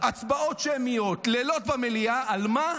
הצבעות שמיות, לילות במליאה, על מה?